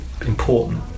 important